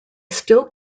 still